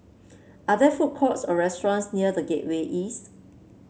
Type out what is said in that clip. are there food courts or restaurants near The Gateway East